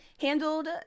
handled